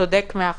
צודק מאה אחוז.